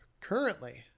currently